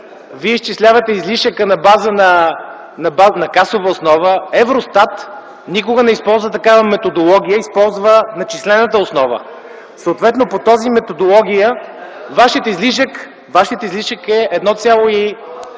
вие изчислявате излишъка на база на касова основа. Евростат никога не използва такава методология. Използва начислената основа. Съответно по тази методология вашият излишък е 3%.